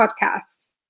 podcast